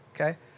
okay